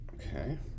okay